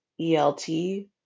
elt